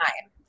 time